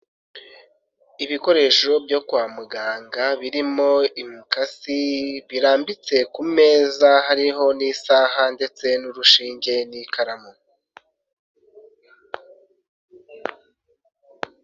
Ibikoresho byo kwa muganga birimo imikasi, birambitse ku meza hariho n'isaha ndetse n'urushinge n'ikaramu.